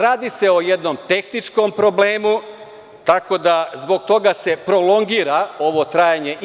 Radi se o jednom tehničkom problemu, tako da zbog toga se prolongira ovo trajanje